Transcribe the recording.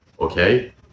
okay